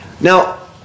Now